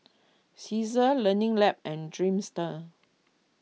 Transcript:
Cesar Learning Lab and Dreamster